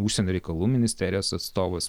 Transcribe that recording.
užsienio reikalų ministerijos atstovas